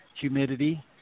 humidity